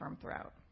throughout